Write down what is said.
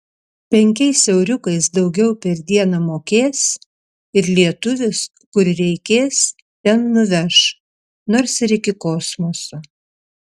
penkiais euriukais daugiau per dieną mokės ir lietuvis kur reikės ten nuveš nors ir iki kosmoso